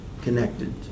connected